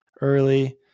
early